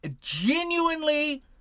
Genuinely